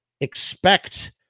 expect